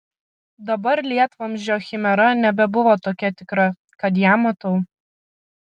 dabar lietvamzdžio chimera nebebuvo tokia tikra kad ją matau